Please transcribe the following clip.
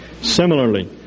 Similarly